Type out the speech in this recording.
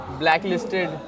blacklisted